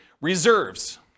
reserves